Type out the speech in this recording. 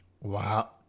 Wow